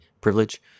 privilege